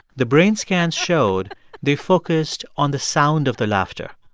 the brain scans showed they focused on the sound of the laughter.